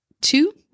two